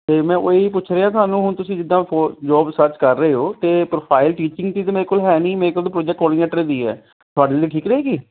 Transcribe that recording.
ਅਤੇ ਮੈਂ ਉਹ ਹੀ ਪੁੱਛ ਰਿਹਾ ਸਾਨੂੰ ਹੁਣ ਤੁਸੀਂ ਜਿੱਦਾਂ ਜੋਬ ਸਰਚ ਕਰ ਰਹੇ ਹੋ ਅਤੇ ਪ੍ਰੋਫਾਈਲ ਟੀਚਿੰਗ ਦੀ ਅਤੇ ਮੇਰੇ ਕੋਲ ਹੈ ਨਹੀਂ ਮੇਰੇ ਕੋਲ ਪ੍ਰੋਜੈਕਟ ਕੋਆਡੀਨੇਟਰ ਦੀ ਹੈ ਤੁਹਾਡੇ ਲਈ ਠੀਕ ਰਹੇਗੀ